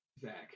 Zach